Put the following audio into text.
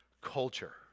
culture